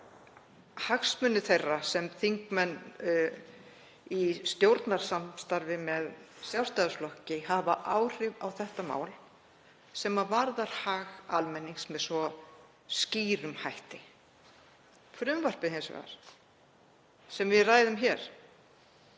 hagsmuni sína sem þingmenn í stjórnarsamstarfi með Sjálfstæðisflokki hafa áhrif á þetta mál sem varðar hag almennings með svo skýrum hætti. Frumvarpið sem við ræðum hér